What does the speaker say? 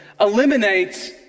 eliminates